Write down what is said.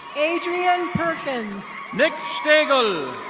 adrian perkins. dick schegel.